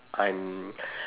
I'm